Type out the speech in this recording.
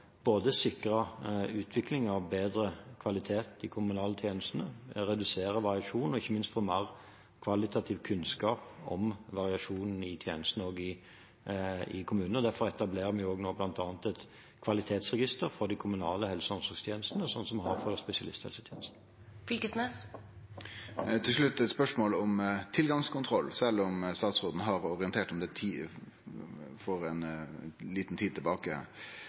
både sikre utvikling av bedre kvalitet i de kommunale tjenestene, redusere variasjon og ikke minst få mer kvalitativ kunnskap om variasjonene i tjenestene i kommunene. Derfor etablerer vi nå bl.a. et kvalitetsregister for de kommunale helse- og omsorgstjenestene, sånn som vi har for spesialisthelsetjenesten. Til slutt eit spørsmål om tilgangskontroll, sjølv om statsråden har orientert om det for